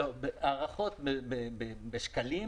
הערכות בשקלים,